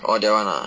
orh that [one] ah